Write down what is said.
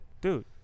dude